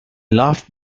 laughed